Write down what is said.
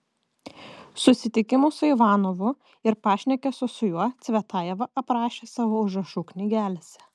susitikimus su ivanovu ir pašnekesius su juo cvetajeva aprašė savo užrašų knygelėse